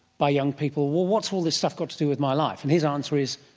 by young people, well what's all this stuff got to do with my life? and his answer is,